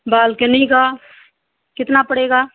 balcony का कितना पड़ेगा